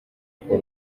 kuwa